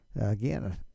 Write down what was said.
again